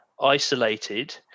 isolated